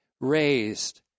raised